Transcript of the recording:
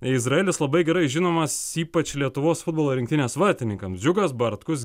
izraelis labai gerai žinomas ypač lietuvos futbolo rinktinės vartininkam džiugas bartkus